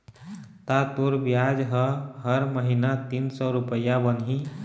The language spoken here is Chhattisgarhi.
ता तोर बियाज ह हर महिना तीन सौ रुपया बनही